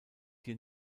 hier